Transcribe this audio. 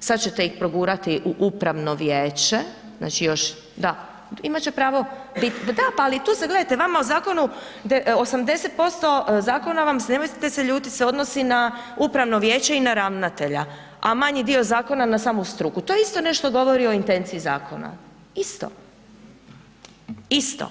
sad ćete ih progurati u upravno vijeće, znači još, da, imat će prao bit, pa da, ali tu se gledajte, vama u zakonu, 80% zakona vam se, nemojte se ljutit se odnosi na upravno vijeće i na ravnatelja a manji dio zakona na samu struku, to isto nešto govori o intenciji zakona, isto, isto.